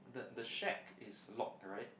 the the shack is locked right